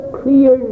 clear